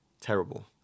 Terrible